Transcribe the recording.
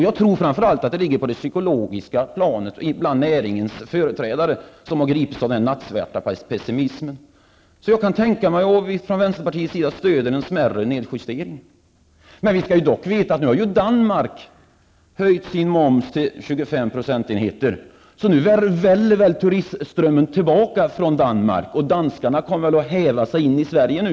Jag tror framför allt att det bland näringens företrädare ligger på det psykologiska planet att de har gripits av den nattsvarta pessimismen. Vi i vänsterpartiet stöder en smärre nedjustering. Vi skall dock veta att Danmark nu höjt sin moms till 25 %, så nu ''väller'' väl turistströmmen tillbaka från Danmark, och danskarna kommer väl att ''välla'' in i Sverige.